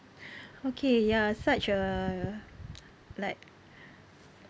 okay ya such a like